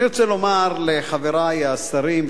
אני רוצה להבהיר לחברי השרים,